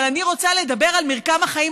אבל אני רוצה לדבר על מרקם החיים.